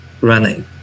running